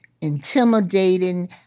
intimidating